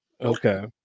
Okay